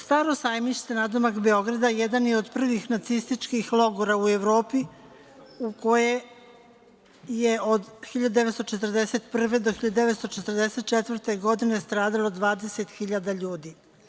Staro sajmište“ nadomak Beograda jedan je od prvih nacističkih logora u Evropi u kojem je od 1941. do 1944. godine stradalo 20.000 ljudi.